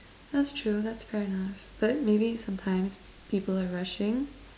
that's true that's fair enough but maybe sometimes people are rushing